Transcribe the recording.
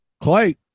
clay